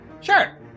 Sure